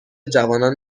جوانان